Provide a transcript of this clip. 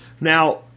Now